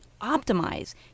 optimize